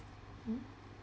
mm